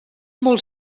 molt